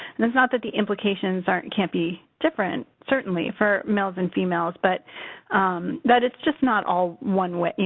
and it's not that the implications aren't can't be different, certainly, for males and females, but that it's just not all one way. you